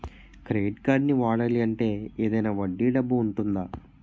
Credit కార్డ్ని వాడాలి అంటే ఏదైనా వడ్డీ డబ్బు ఉంటుందా?